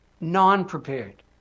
non-prepared